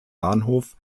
bahnhof